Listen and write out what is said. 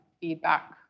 feedback